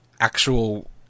actual